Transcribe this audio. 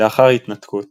לאחר ההתנתקות